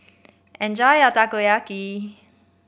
enjoy your Takoyaki